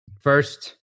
First